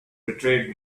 betrayed